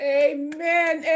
amen